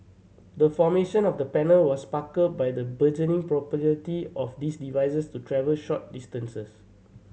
the formation of the panel was sparked by the burgeoning popularity of these devices to travel short distances